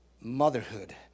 motherhood